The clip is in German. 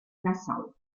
nassau